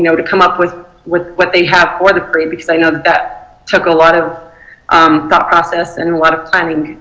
to come up with with what they have for the parade. because i know that that took a lot of um thought process and a lot of planning.